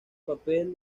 papel